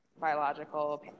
biological